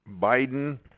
Biden